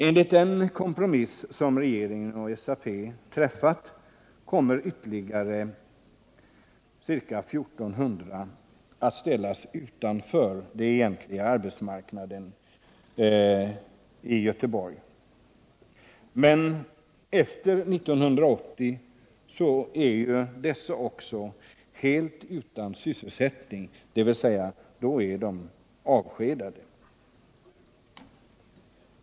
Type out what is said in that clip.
Enligt den kompromiss som regeringen och SAP träffat kommer ytterligare 1400 att ställas utanför den egentliga arbetsmarknaden i Göteborg. Men efter 1980 är ju också dessa helt utan sysselsättning, dvs. då är de avskedade.